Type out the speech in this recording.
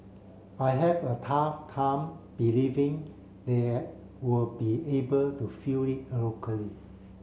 I have a tough time believing they will be able to fill it locally